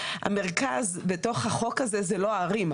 המרכז בתוך החוק הזה זה לא הערים.